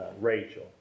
Rachel